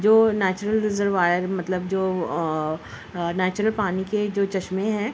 جو natural reservoir مطلب جو نیچرل پانی کے جو چشمے ہیں